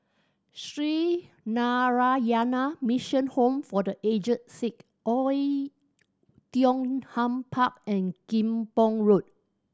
Sree Narayana Mission Home for The Aged Sick Oei Tiong Ham Park and Kim Pong Road